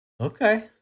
Okay